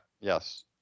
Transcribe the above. Yes